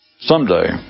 someday